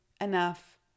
enough